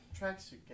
Tracksuit